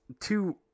two